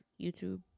YouTube